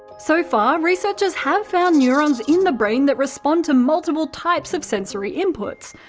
so far, researchers have found neurons in the brain that respond to multiple types of sensory inputs,